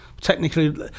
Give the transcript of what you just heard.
technically